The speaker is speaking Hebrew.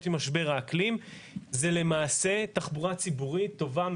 עם משבר האקלים זה למעשה תחבורה ציבורית טובה,